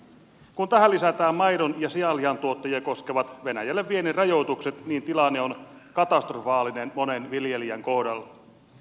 kun tähän lisätään maidon ja sianlihantuottajia koskevat rajoitukset venäjälle vientiin niin tilanne on katastrofaalinen monen viljelijän kohdalla